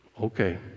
Okay